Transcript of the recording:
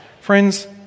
Friends